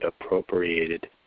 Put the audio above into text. appropriated